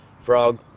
Frog